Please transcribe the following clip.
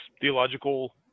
theological